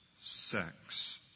sex